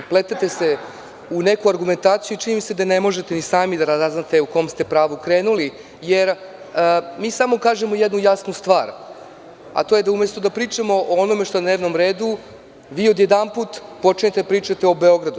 Upletete se u neku argumentaciju i čini mi se da ne možete ni sami da razaznate u kom ste pravcu krenuli, jer mi samo kažemo jednu jasnu stvar, a to je da umesto da pričamo o onome što je na dnevnom redu, vi odjedanput počinjete da pričate o Beogradu.